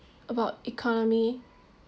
about economy